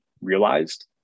realized